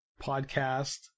podcast